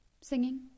Singing